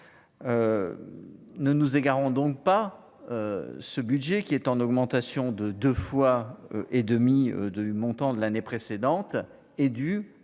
Ne nous égarons donc pas ce budget qui est en augmentation de 2 fois et demie du montant de l'année précédente, est dû à